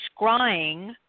scrying